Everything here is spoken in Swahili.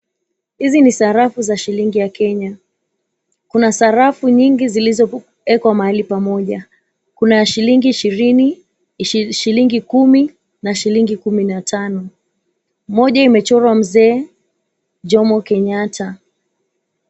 Hizi ni sarafu za shillingi ya Kenya. Kuna sarafu nyingi zilizo ekwa mahali pamoja. Kuna ya shillingi ishirini, shillingi kumi na shillingi kumi na tano. Moja imechorwa mzee Jomo Kenyatta.